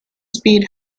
speed